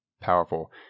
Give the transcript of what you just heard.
powerful